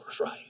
right